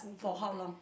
for how long